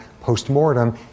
post-mortem